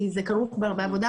כי זה כרוך בהרבה עבודה,